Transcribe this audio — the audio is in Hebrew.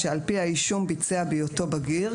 שעל פי האישום ביצע בהיותו בגיר,